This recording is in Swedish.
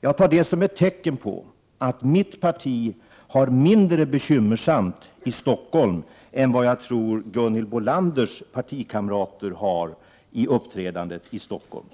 Detta tar jag som ett tecken på att mitt parti har det mindre bekymmersamt i Stockholm än vad jag tror att Gunhild Bolanders partikamrater har det när gäller uppträdandet i Stockholm.